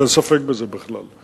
אין ספק בזה בכלל.